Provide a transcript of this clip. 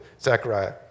Zechariah